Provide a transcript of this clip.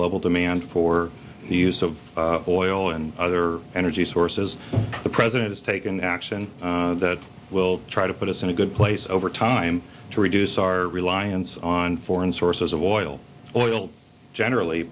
global demand for the use of oil and other energy sources the president has taken action that will try to put us in a good place over time to reduce our reliance on foreign sources of oil oil generally